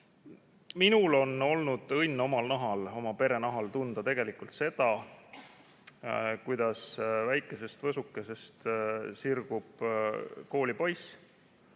on olnud õnn oma nahal, oma pere nahal tunda seda, kuidas väikesest võsukesest sirgub koolipoiss